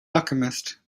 alchemist